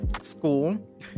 School